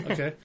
Okay